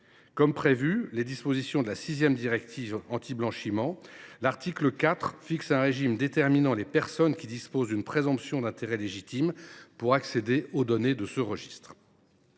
comme le prévoient les dispositions de la sixième directive anti blanchiment, l’article 4 institue un régime déterminant quelles personnes disposent d’une présomption d’intérêt légitime pour accéder aux données de ce registre.